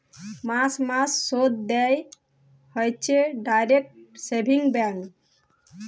মাস মাস শুধ দেয় হইছে ডিইরেক্ট সেভিংস ব্যাঙ্ক